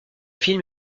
film